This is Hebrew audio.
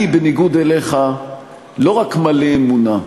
אני בניגוד אליך לא רק מלא אמונה,